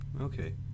okay